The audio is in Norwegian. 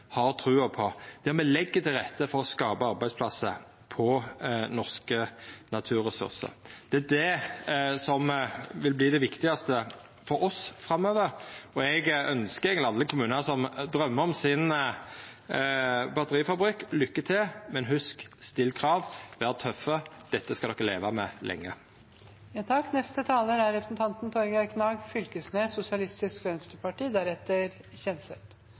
på, der me legg til rette for å skapa arbeidsplassar på norske naturressursar. Det er det som vil verta det viktigaste for oss framover. Eg ønskjer alle kommunar som drøymer om eigen batterifabrikk, lykke til, men hugs: Still krav, ver tøffe – dette skal de leva med lenge. Eg tenkte eg skulle begynne med eit globalt perspektiv. Vi er